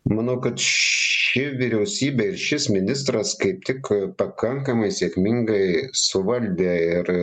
manau kad ši vyriausybė ir šis ministras kaip tik pakankamai sėkmingai suvaldė ir